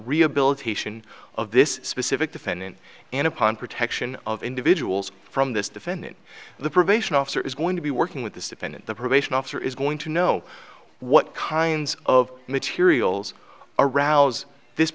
rehabilitation of this specific defendant and upon protection of individuals from this defendant the probation officer is going to be working with this defendant the probation officer is going to know what kinds of materials arouse this